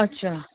अच्छा